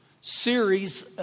series